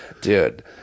Dude